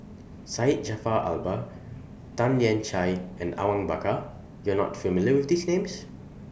Syed Jaafar Albar Tan Lian Chye and Awang Bakar YOU Are not familiar with These Names